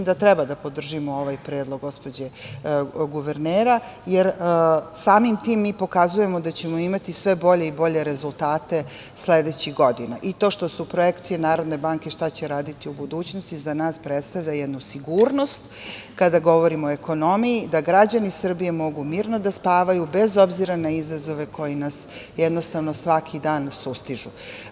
Mislim da treba da podržimo ovaj predlog gospođe guvernera, jer samim tim mi pokazujemo da ćemo imati sve bolje i bolje rezultate sledećih godina i to što su projekcije Narodne banke šta će raditi u budućnosti za nas predstavlja jednu sigurnost kada govorimo o ekonomiji, da građani Srbije mogu mirno da spavaju bez obzira na izazove koji nas jednostavno svaki dan sustižu.